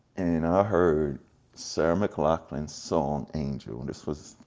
and i heard sarah mclachlan's song angel. this was,